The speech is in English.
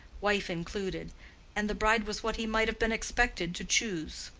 wife included and the bride was what he might have been expected to choose.